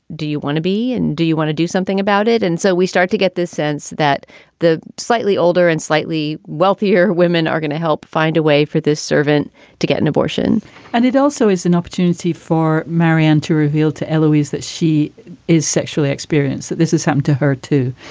do you want to be and do you want to do something about it? and so we start to get this sense that the slightly older and slightly wealthier women are going to help find a way for this servant to get an abortion and it also is an opportunity for marianne to reveal to louise that she is sexually experienced, that this has happened um to her, too,